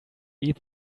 eat